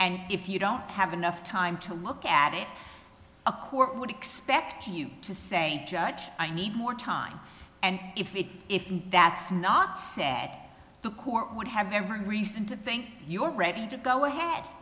and if you don't have enough time to look at it a court would expect you to say i need more time and if it if that's not say that the court would have every reason to think you're ready to go ahead